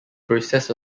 process